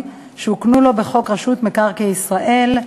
שהוקנו לו בחוק רשות מקרקעי ישראל,